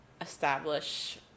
establish